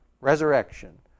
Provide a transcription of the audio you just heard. resurrection